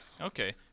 Okay